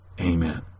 Amen